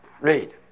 Read